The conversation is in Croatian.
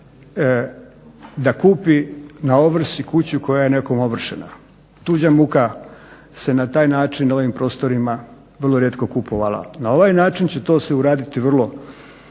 da kupi na ovrsi kuću koja je nekom ovršena. Tuđa muka se na taj način na ovim prostorima vrlo rijetko kupovala. Na ovaj način će to se uraditi vrlo